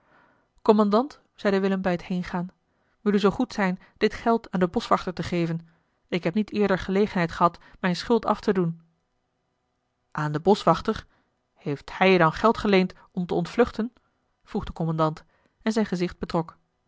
kommandant zeide willem bij het heengaan wil u zoo goed zijn dit geld aan den boschwachter te geven ik heb niet eerder gelegenheid gehad mijne schuld af te doen aan den boschwachter heeft hij je dan geld geleend om te ontvluchten vroeg de kommandant en zijn gezicht betrok